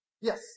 Yes